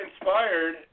inspired